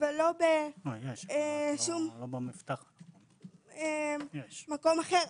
ולא בשום מקום אחר.